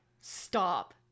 Stop